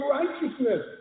righteousness